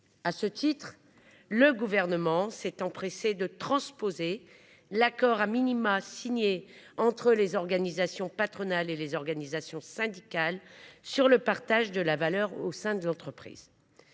À ce titre, le Gouvernement s’est empressé de transposer l’accord signé entre les organisations patronales et les organisations syndicales sur le partage de la valeur au sein de l’entreprise.